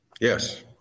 Yes